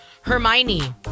Hermione